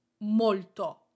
molto